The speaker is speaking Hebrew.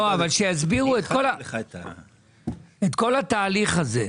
לא, אבל שיסבירו את כל התהליך הזה.